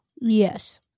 Yes